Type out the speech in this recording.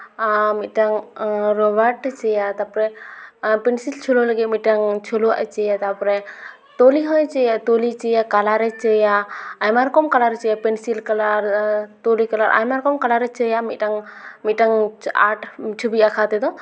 ᱟᱨ ᱢᱤᱫᱴᱟᱝ ᱨᱚᱵᱟᱴ ᱮ ᱪᱟᱹᱭᱟ ᱛᱟᱨᱯᱚᱨᱮ ᱯᱮᱱᱥᱤᱞ ᱪᱷᱩᱞᱟᱹᱣ ᱞᱟᱹᱜᱤᱫ ᱢᱤᱫᱴᱟᱝ ᱪᱷᱩᱞᱟᱹᱣᱟᱜ ᱮ ᱪᱟᱹᱭᱟ ᱛᱟᱨᱯᱚᱨᱮ ᱛᱩᱞᱤ ᱦᱚᱸᱭ ᱪᱟᱹᱭᱟ ᱛᱩᱞᱤ ᱪᱟᱹᱭᱟ ᱠᱟᱞᱟᱨᱮ ᱪᱟᱹᱭᱟ ᱟᱭᱢᱟ ᱨᱚᱠᱚᱢ ᱠᱟᱞᱟᱨᱮ ᱪᱟᱹᱭᱟ ᱯᱮᱱᱥᱤᱞ ᱠᱟᱞᱟᱨ ᱛᱩᱞᱤ ᱠᱟᱞᱟᱨ ᱟᱭᱢᱟ ᱨᱚᱠᱚᱢ ᱠᱟᱞᱟᱨᱮ ᱪᱟᱹᱭᱟ ᱢᱤᱫᱴᱟᱝ ᱢᱤᱫᱴᱟᱝ ᱟᱨᱴ ᱪᱷᱚᱵᱤ ᱟᱸᱠᱟᱣ ᱛᱮᱫᱚ